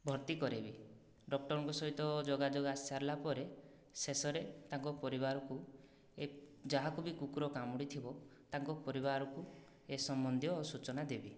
ଭର୍ତ୍ତି କରେଇବି ଡକ୍ଟରଙ୍କ ସହିତ ଯୋଗାଯୋଗ ଆସି ସାରିଲା ପରେ ଶେଷରେ ତାଙ୍କ ପରିବାରକୁ ଏ ଯାହାକୁ ବି କୁକୁର କାମୁଡ଼ିଥିବ ତାଙ୍କ ପରିବାରଙ୍କୁ ଏ ସମ୍ବନ୍ଧୀୟ ସୂଚନା ଦେବି